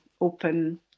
open